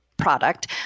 product